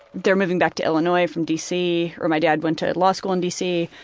they were moving back to illinois from dc where my dad went to law school in dc,